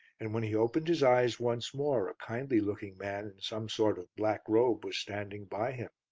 and when he opened his eyes once more a kindly looking man in some sort of black robe was standing by him.